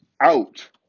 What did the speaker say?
out